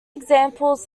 examples